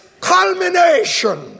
culmination